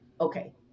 okay